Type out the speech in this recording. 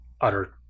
utter